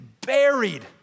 buried